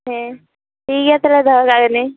ᱦᱮᱸ ᱴᱷᱤᱠᱜᱮᱭᱟ ᱛᱟᱦᱚᱞᱮ ᱫᱚᱦᱚᱠᱟᱜ ᱠᱟᱹᱱᱟᱹᱧ